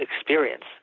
experience